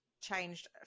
changed